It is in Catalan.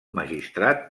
magistrat